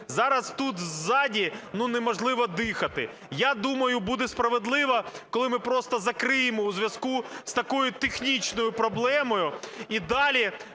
Зараз тут, ззаду, ну, неможливо дихати. Я думаю, буде справедливо, коли ми просто закриємо у зв'язку з такою технічною проблемою і далі